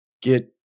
get